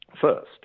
first